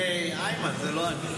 זה איימן, זה לא אני.